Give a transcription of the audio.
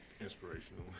inspirational